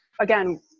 again